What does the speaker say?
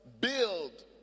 build